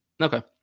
Okay